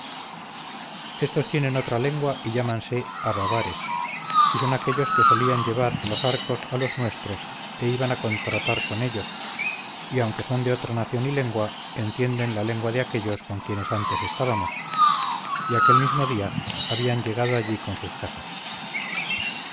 estos tienen otra lengua y llámanse avavares y son aquellos que solían llevar los arcos a los nuestros e iban a contratar con ellos y aunque son de otra nación y lengua entienden la lengua de aquéllos con quien antes estábamos y aquel mismo día habían llegado allí con sus casas